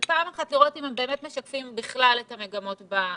זה פעם אחת לראות האם הם באמת משקפים בכלל את המגמות בקהילה,